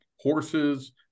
horses